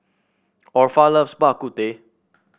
Orpha loves Bak Kut Teh